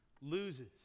loses